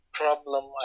problem